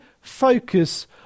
focus